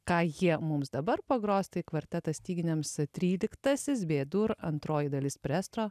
ką jie mums dabar pagros tai kvartetą styginiams tryliktasis bė dur antroji dalis presto